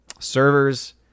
servers